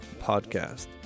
Podcast